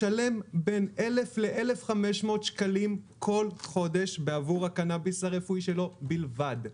משלם בין 1,000 ל-1,500 שקלים כל חודש בעבור הקנביס הרפואי שלו בלבד.